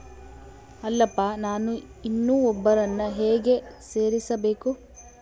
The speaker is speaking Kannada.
ಅಲ್ಲಪ್ಪ ನಾನು ಇನ್ನೂ ಒಬ್ಬರನ್ನ ಹೇಗೆ ಸೇರಿಸಬೇಕು?